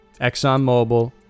ExxonMobil